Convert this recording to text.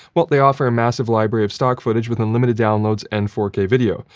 well, they offer a massive library of stock footage with unlimited downloads and four k video,